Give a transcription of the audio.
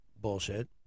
bullshit